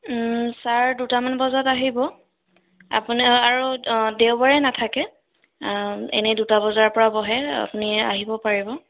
sir দুটামান বজাত আহিব আপুনি আৰু দেওবাৰে নাথাকে এনে দুটা বজাৰ পৰা বহে আপুনি আহিব পাৰিব